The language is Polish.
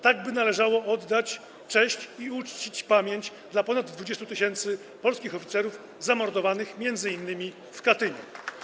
Tak należałoby oddać cześć i uczcić pamięć ponad 20 tys. polskich oficerów zamordowanych m.in. w Katyniu.